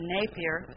Napier